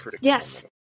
Yes